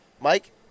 Mike